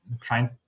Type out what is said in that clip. trying